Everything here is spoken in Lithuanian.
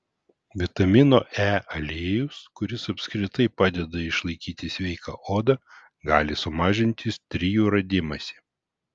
vitamino e aliejus kuris apskritai padeda išlaikyti sveiką odą gali sumažinti strijų radimąsi